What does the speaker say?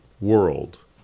world